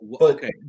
Okay